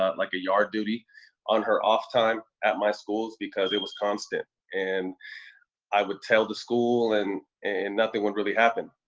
um like, a yard duty on her off time at my schools because it was constant. and i would tell the school, and and nothing would really happen,